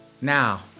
Now